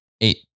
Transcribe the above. eight